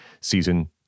season